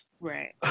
Right